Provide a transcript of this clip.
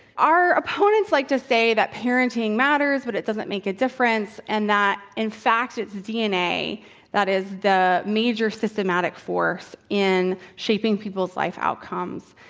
our opponents like to say that parenting matters, but it doesn't make a difference, and that, in fact, it's dna that is the major systematic force in shaping people's life outcomes.